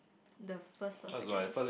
the first or second one